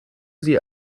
sie